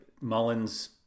Mullins